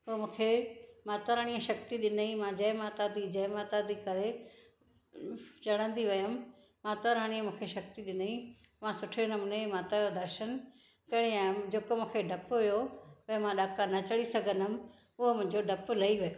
पोइ मूंखे मातारानी शक्ती ॾिनई मां जय माता दी जय माता दी करे चढंदी वयमि मातारानी मूंखे शक्ति ॾिनी मां सुठे नमूने माता जो दर्शनु करे आयमि जेको मूंखे डपु हुयो त मां ॾाका न चढ़ी सघंदमि उहो मुंहिंजो डपु लही वियो